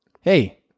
Hey